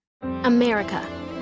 America